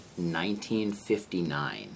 1959